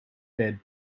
fed